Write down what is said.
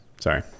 Sorry